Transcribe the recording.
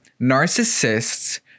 Narcissists